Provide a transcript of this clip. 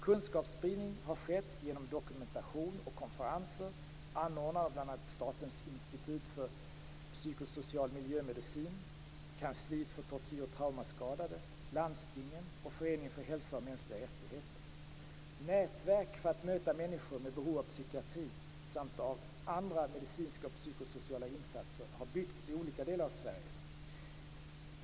Kunskapsspridning har skett genom dokumentation och konferenser anordnade av bl.a. Statens institut för psykosocial miljömedicin, Kansliet för tortyr och traumaskadade, landstingen och Föreningen för hälsa och mänskliga rättigheter. Nätverk för att möta människor med behov av psykiatri samt av andra medicinska och psykosociala insatser har byggts i olika delar av Sverige.